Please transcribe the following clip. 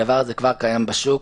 הדבר הזה כבר קיים בשוק,